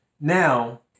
Now